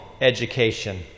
education